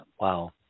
Wow